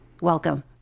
welcome